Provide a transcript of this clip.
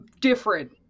different